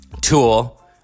Tool